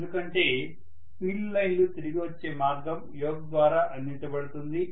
ఎందుకంటే ఫీల్డ్ లైన్లు తిరిగి వచ్చే మార్గం యోక్ ద్వారా అందించబడుతుంది